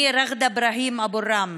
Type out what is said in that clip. אני רג'דה איברהים אבו ארם.